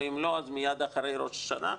ואם לא אז מיד אחרי ראש השנה,